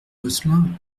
gosselin